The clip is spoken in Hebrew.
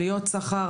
עלויות שכר,